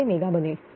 तर ते मेगा बनेल